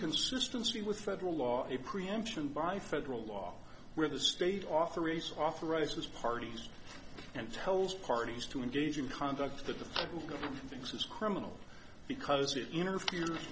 inconsistency with federal law a preemption by federal law where the state offer race authorizes parties and tells parties to engage in conduct that the federal government thinks is criminal because it interferes